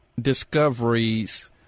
discoveries